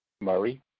Murray